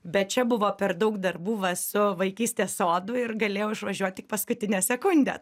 bet čia buvo per daug darbų va su vaikystės sodu ir galėjau išvažiuot tik paskutinę sekundę